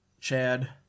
Chad